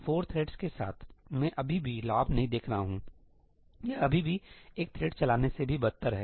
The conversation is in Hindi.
4 थ्रेडस के साथ मैं अभी भी लाभ नहीं देख रहा हूं यह अभी भी एक थ्रेड चलाने से भी बदतर है